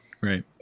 Right